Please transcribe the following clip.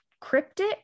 cryptic